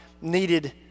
needed